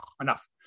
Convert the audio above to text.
Enough